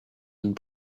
and